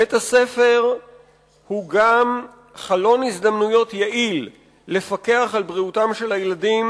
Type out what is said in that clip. בית-הספר הוא גם חלון הזדמנויות יעיל לפקח על בריאותם של הילדים